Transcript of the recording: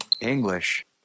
English